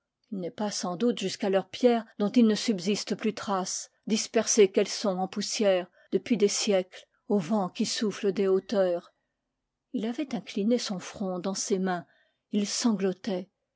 il n'est pas sans doute jusqu'à leurs pierres dont il ne subsiste plus trace dispersées qu'elles sont en poussière depuis des siècles au vent qui souffle des hauteurs il avait incliné son front dans ses mains il sanglotait